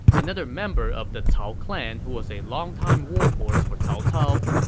another member of the cao clan who was a longtime warhorse for cao cao.